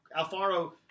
Alfaro